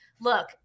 look